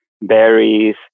berries